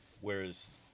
Whereas